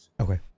okay